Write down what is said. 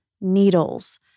needles